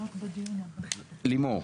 לימור,